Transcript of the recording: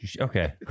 Okay